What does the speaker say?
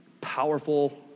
powerful